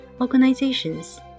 organizations